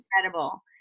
incredible